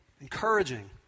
encouraging